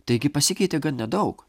taigi pasikeitė gan nedaug